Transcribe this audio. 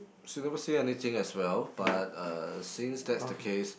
she never say anything as well but uh since that's the case